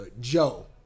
Joe